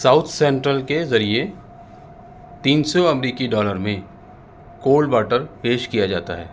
south Central کے ذریعے تین سو امریکی ڈالر میں کولڈ واٹر پیش کیا جاتا ہے